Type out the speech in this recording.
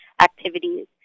activities